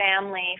family